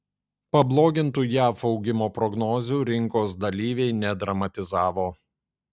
pablogintų jav augimo prognozių rinkos dalyviai nedramatizavo